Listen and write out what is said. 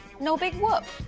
no big whoop.